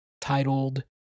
titled